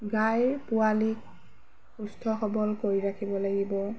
গাইৰ পোৱালীক সুস্থ সৱল কৰি ৰাখিব লাগিব